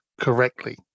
correctly